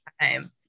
time